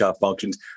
functions